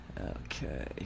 Okay